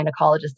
gynecologist